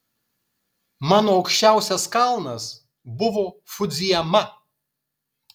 mano aukščiausias kalnas buvo fudzijama